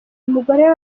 n’umugore